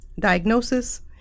diagnosis